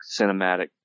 cinematic